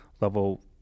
Level